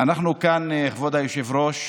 אנחנו כאן, כבוד היושב-ראש,